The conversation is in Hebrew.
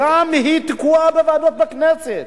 גם היא תקועה בוועדות הכנסת.